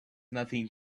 nothing